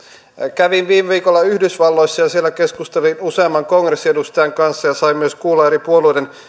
kävin viime viikolla yhdysvalloissa ja siellä keskustelin usean kongressiedustajan kanssa ja sain myös kuulla eri puolueiden